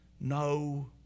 no